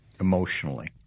emotionally